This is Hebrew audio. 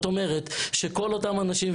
כל אותם אנשים,